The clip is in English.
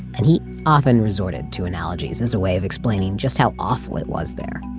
and he often resorted to analogies as a way of explaining just how awful it was there.